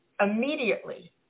immediately